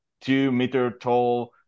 two-meter-tall